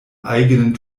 eigenen